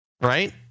Right